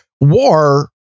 war